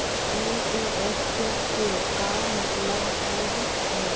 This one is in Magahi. एन.ई.एफ.टी के का मतलव होव हई?